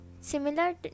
similar